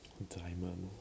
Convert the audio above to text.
don't die one